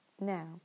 Now